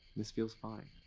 this feels fine.